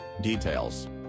details